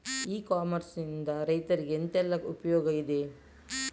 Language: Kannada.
ಇ ಕಾಮರ್ಸ್ ನಿಂದ ರೈತರಿಗೆ ಎಂತೆಲ್ಲ ಉಪಯೋಗ ಇದೆ?